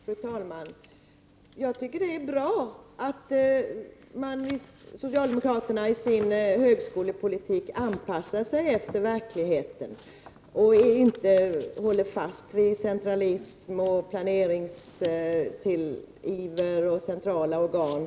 Fru talman! Jag tycker att det är bra att socialdemokraterna anpassar sig efter verkligheten i sin högskolepolitik och inte till varje pris håller fast vid centralismen, planeringsivern och de centrala organen.